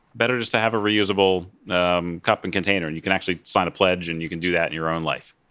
better just to have a reusable um cup and container. and you can actually sign a pledge and you can do that in your own life.